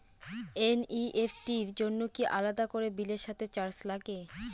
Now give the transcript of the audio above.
NEFT র জন্য কি আলাদা করে বিলের সাথে চার্জ লাগে?